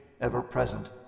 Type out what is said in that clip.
ever-present